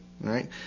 right